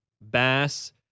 bass